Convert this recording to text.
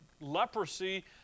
leprosy